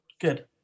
good